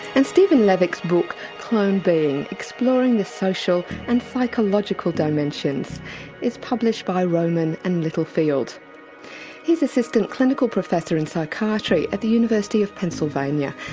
and stephen levick's book clonebeing exploring the social and psychological dimensions is published by rowman and littlefield. and he's assistant clinical professor in psychiatry at the university of pennsylvania.